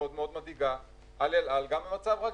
בעיניי הסקירה הזאת על אל על מאוד מאוד מדאיגה גם במצב רגיל,